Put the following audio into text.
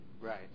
Right